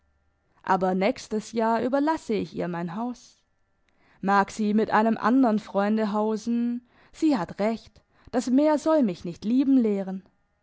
aber nächstes jahr überlasse ich ihr mein haus mag sie mit einem andern freunde hausen sie hat recht das meer soll mich nicht lieben lehren